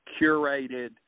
curated